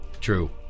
True